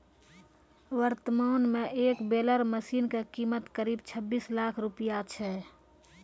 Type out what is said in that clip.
वर्तमान मॅ एक बेलर मशीन के कीमत करीब छब्बीस लाख रूपया छै